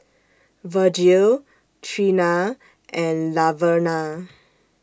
Virgil Treena and Laverna